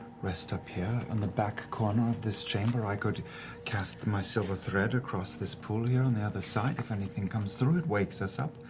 rest up here on the back corner of this chamber. i could cast my silver thread across this pool here on the other side. if anything comes through, it wakes us up.